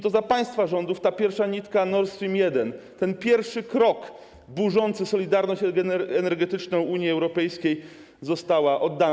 To za państwa rządów ta pierwsza nitka Nord Stream 1 - ten pierwszy krok burzący solidarność energetyczną Unii Europejskiej - została oddana.